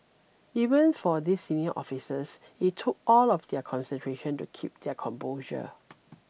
even for these senior officers it took all of their concentration to keep their composure